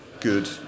good